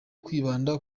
kwibanda